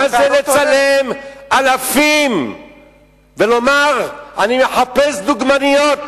מה זה לצלם אלפים ולומר: אני מחפש דוגמניות